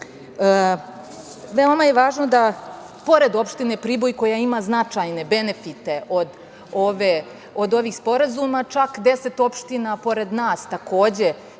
je važno da će, pored Opštine Priboj koja ima značajne benefite od ovih sporazuma, čak 10 opština pored nas takođe